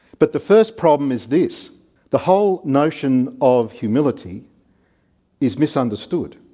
but the first problem is this the whole notion of humility is misunderstood.